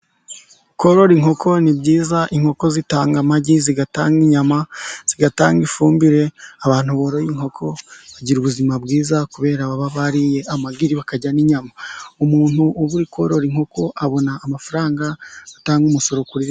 Korora inkoko ni byiza; inkoko zitanga amagi, zigatanga inyama, zigatanga ifumbire; abantu boroye inkoko bagira ubuzima bwiza, kubera baba bariye amagi bakarya n' inyama, umuntu uba uri korora inkoko abona amafaranga, atanga umusoro kuri leta.